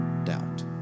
doubt